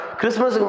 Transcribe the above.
Christmas